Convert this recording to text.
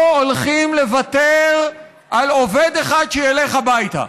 לא הולכים לוותר על עובד אחד שילך הביתה.